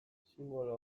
sinbolo